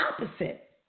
opposite